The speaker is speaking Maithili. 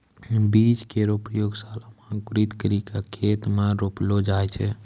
बीज केरो प्रयोगशाला म अंकुरित करि क खेत म रोपलो जाय छै